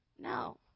No